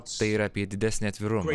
tai yra apie didesnį atvirumą